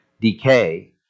decay